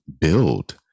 build